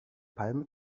palme